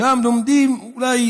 שם לומדים אולי